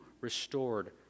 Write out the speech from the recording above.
restored